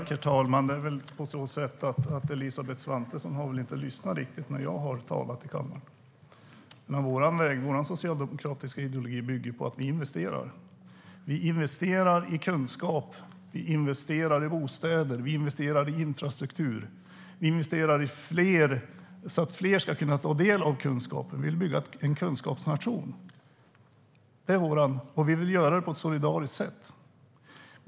Herr talman! Elisabeth Svantesson har nog inte riktigt lyssnat när jag har talat i kammaren. Vår socialdemokratiska ideologi bygger på att vi investerar i kunskap, vi investerar i bostäder, vi investerar i infrastruktur och vi investerar i att fler ska kunna ta del av kunskaper. Vi vill bygga en kunskapsnation, och vi vill göra det på ett solidariskt sätt.